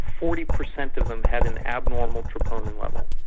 forty percent of them have an abnormal troponin level,